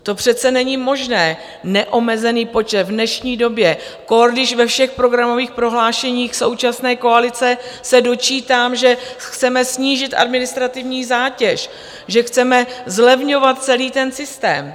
To přece není možné, neomezený počet, v dnešní době, zvlášť když ve všech programových prohlášeních současné koalice se dočítám, že chceme snížit administrativní zátěž, že chceme zlevňovat celý ten systém.